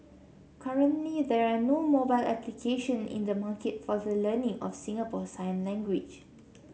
currently there are no mobile application in the market for the learning of Singapore sign language